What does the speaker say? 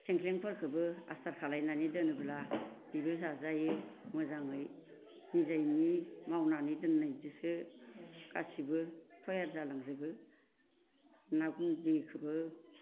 थिंख्लांफोरखोबो आसार खालायनानै दोनोब्ला बेबो जाजायो मोजाङै निजेनि मावनानै दोननाय दोसो गासिबो थयार जालांजोबो ना गुन्दैखोबो